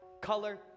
color